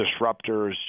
disruptors